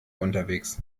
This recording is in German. unterwegs